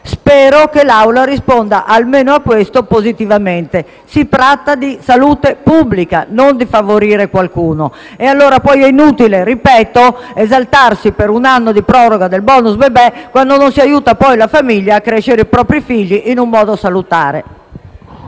Spero che l'Assemblea risponda, almeno su questo, positivamente. Si tratta di salute pubblica, non di favorire qualcuno. È inutile esaltarsi per un anno di proroga del *bonus* bebè, quando non si aiuta la famiglia a crescere i propri figli in modo salutare.